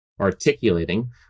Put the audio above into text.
articulating